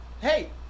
Hey